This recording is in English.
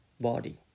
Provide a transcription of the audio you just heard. body